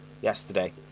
yesterday